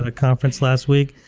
ah conference last week.